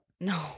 No